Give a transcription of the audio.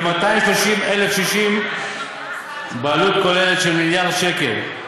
כ-230,000 קשישים, בעלות כוללת של כמיליארד שקל.